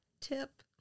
tip